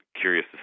curious